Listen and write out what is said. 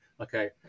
okay